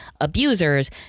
abusers